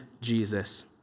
Jesus